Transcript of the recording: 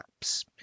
apps